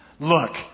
Look